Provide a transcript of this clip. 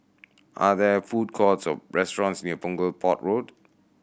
are there food courts or restaurants near Punggol Port Road